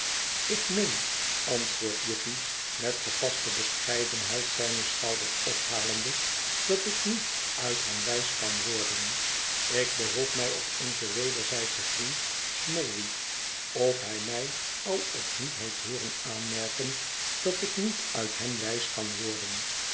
ik meen antwoordt guppy met gepaste bescheidenheid zijne schouders ophalende dat ik niet uit hem wijs kan worden ik beroep mij op onzen wederzij dschen vriend smallweed of hij mij al of niet heeft hoorén aanmerken dat ik niet uit hem wijs kan worden